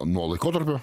nuo laikotarpio